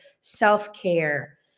self-care